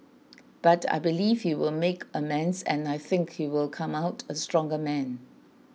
but I believe he will make amends and I think he will come out a stronger man